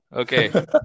Okay